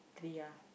three ah